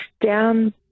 down